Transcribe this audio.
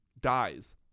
dies